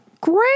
Great